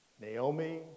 Naomi